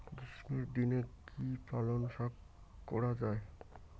গ্রীষ্মের দিনে কি পালন শাখ করা য়ায়?